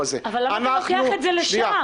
השאלה: למה לא החלטת לשקול את השיקול הזה גם?